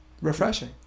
Refreshing